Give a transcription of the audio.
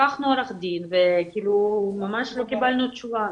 לקחנו עורך דין וכאילו ממש לא קיבלנו תשובה,